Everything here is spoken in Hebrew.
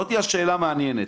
זאת השאלה המעניינת,